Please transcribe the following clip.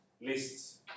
lists